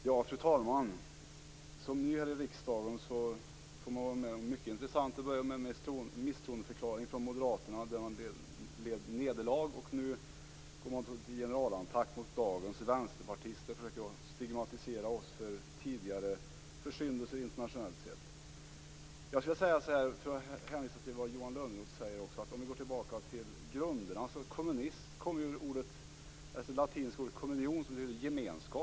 Fru talman! Som ny här i riksdagen får man vara med om mycket intressant. Det började med misstroendeförklaring från moderaterna, där man led nederlag. Nu går man till generalattack mot dagens vänsterpartister och försöker stigmatisera oss för tidigare försyndelser internationellt sett. Jag skulle vilja säga så här, och också hänvisa till det som Johan Lönnroth sade: Om vi går tillbaka till grunderna kan vi se att ordet kommunism kommer ur det latinska ordet communio, som betyder gemenskap.